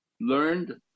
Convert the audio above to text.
learned